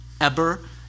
Eber